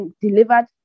delivered